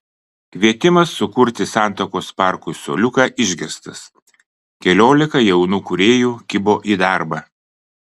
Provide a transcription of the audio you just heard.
kvietimas sukurti santakos parkui suoliuką išgirstas keliolika jaunų kūrėjų kibo į darbą